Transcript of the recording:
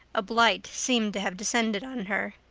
a blight seemed to have descended on her.